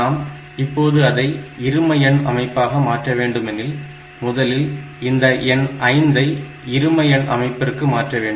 நாம் இப்போது அதை இரும எண் அமைப்பாக மாற்ற வேண்டுமெனில் முதலில் இந்த எண் 5 ஐ இரும எண் அமைப்பிற்கு மாற்ற வேண்டும்